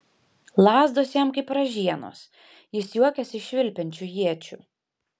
lazdos jam kaip ražienos jis juokiasi iš švilpiančių iečių